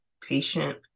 patient